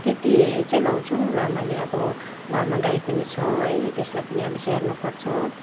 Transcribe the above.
त्यति चाहिँ लगाउँछौँ र मैले अब घरमा गाई पनि छ है त्यसलाई पनि स्याहार्नु पर्छ